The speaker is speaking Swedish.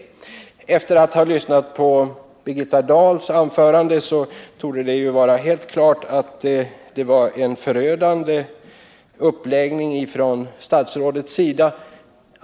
Att döma av Birgitta Dahls anförande torde det vara helt klart att statsrådets uppläggning av detta ärende är helt förödande.